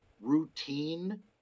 routine